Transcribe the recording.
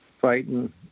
fighting